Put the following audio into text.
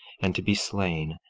and to be slain,